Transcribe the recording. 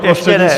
Ještě ne!